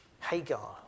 Hagar